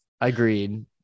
Agreed